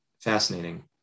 fascinating